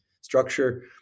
structure